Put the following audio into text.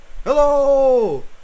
Hello